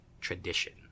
tradition